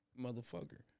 motherfucker